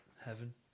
heaven